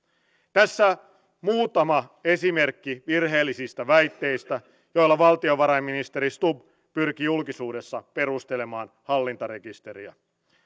tässä muutama esimerkki virheellisistä väitteistä joilla valtiovarainministeri stubb pyrki julkisuudessa perustelemaan hallintarekisteriä